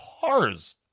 cars